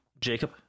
Jacob